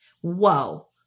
Whoa